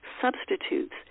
substitutes